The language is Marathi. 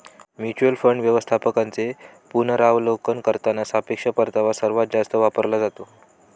म्युच्युअल फंड व्यवस्थापकांचे पुनरावलोकन करताना सापेक्ष परतावा सर्वात जास्त वापरला जातो